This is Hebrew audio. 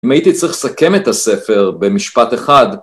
אם הייתי צריך לסכם את הספר במשפט אחד.